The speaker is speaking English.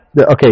Okay